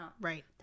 Right